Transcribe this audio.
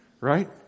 right